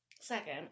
Second